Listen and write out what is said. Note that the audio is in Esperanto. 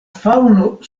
faŭno